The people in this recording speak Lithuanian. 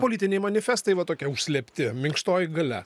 politiniai manifestai va tokie užslėpti minkštoji galia